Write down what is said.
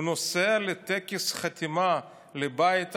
הוא נוסע לטקס החתימה בבית הלבן.